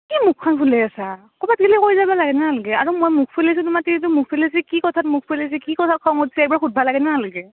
কি মুখখন ফুলাই আছা কবাত গেলি কৈ যাবা লাগে না নালগে আৰু মই মুখ ফুলেই আছু তোমাৰ তিৰিটোৱে মুখ ফুলেছি কি কথাত মুখ ফুলে আছে যে কি কথাত খং উঠছে এবাৰ সুধবা লাগে না নালগে